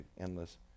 endless